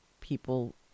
people